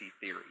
theory